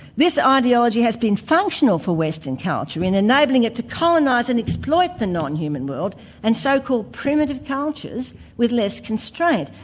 this ideology has been functional for western culture, in enabling it to colonise and exploit the non-human world in and so-called primitive cultures with less constraint.